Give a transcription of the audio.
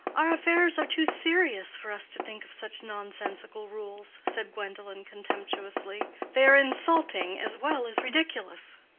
our affairs are too serious for us to think of such nonsensical rules, said gwendolen, contemptuously. they are insulting as well as ridiculous.